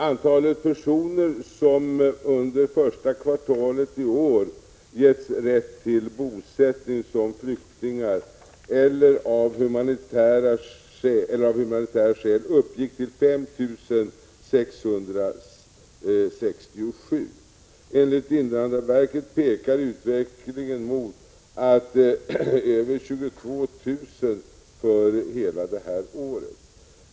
Antalet personer som under första kvartalet i år getts rätt till bosättning av flyktingskäl eller av humanitära skäl uppgick till 5 667. Enligt invandrarverket pekar utvecklingen mot över 22 000 för hela detta år.